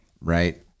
right